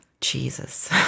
Jesus